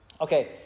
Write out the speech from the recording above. Okay